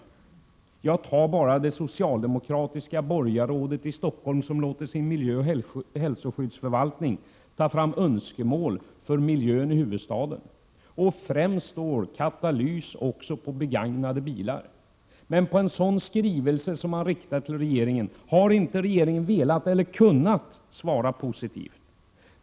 Som exempel kan jag nämna det socialdemokratiska borgarrådet i Stockholm som lät sin miljöoch hälsoskyddsförvaltning sammanställa önskemål beträffande miljön i huvudstaden. Främst av dem står katalytisk avgasrening också på begagnade bilar. Regeringen har dock inte enat eller inte kunnat svara positivt på den skrivelse som den har fått.